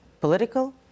political